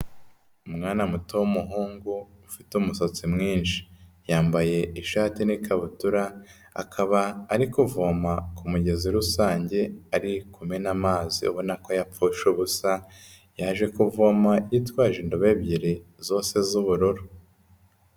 Umwana muto w'umuhungu ufite umusatsi mwinshi, yambaye ishati n'ikabutura akaba ari kuvoma ku mugezi rusange ari kumena amazi abona ko ayapfusha ubusa, yaje kuvoma yitwaje indobo ebyiri zose z'ubururu.